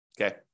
Okay